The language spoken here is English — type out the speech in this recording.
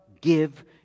give